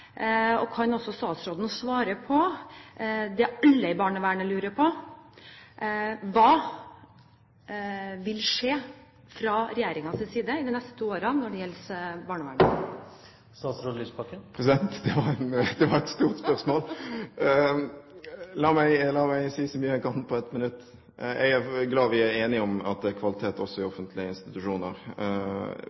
Og kan også statsråden svare på det som alle i barnevernet lurer på: Hva vil skje fra regjeringens side de neste to årene når det gjelder barnevernet? Det var et stort spørsmål. La meg si så mye som jeg kan, på 1 minutt. Jeg er glad for at vi er enige om at det er kvalitet også i offentlige institusjoner.